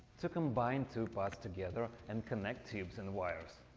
to combine two parts together and connect tubes and wires.